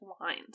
lines